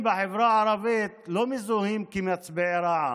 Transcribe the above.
כי המתים בחברה הערבית לא מזוהים כמצביעי רע"מ,